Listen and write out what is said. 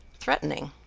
threatening,